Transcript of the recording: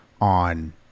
on